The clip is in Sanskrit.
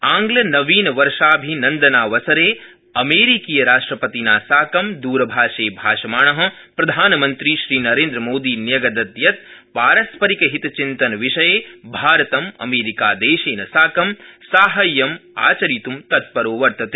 आंग्लनवीनवर्षाभिनन्दनावसरे अमेरीकीयराष्ट्रपतिना साकं द्रभाषे भाषमाण प्रधानमन्त्री न्यागदत् यत् पारस्परिकहितचिन्तनविषये भारतम् अमेरिकादेशन साकं साहाय्यमाचरित्ं तत्परो वर्तते